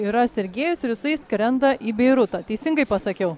yra sergėjus ir jisai skrenda į beirutą teisingai pasakiau